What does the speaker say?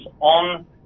on